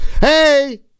hey